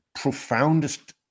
profoundest